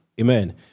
Amen